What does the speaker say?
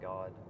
God